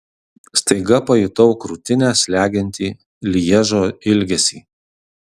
staiga pajutau krūtinę slegiantį lježo ilgesį